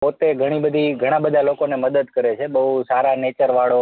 પોતે ઘણી બધી ઘણા બધા લોકોને મદદ કરે છે બહુ સારા નેચરવાળો